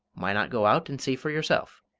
why not go out and see for yourself?